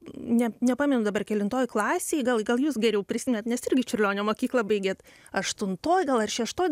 ne nepamenu dabar kelintoj klasėj gal gal jūs geriau prisimenat nes irgi čiurlionio mokyklą baigėt aštuntoj gal ar šeštoj